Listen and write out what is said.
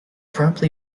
promptly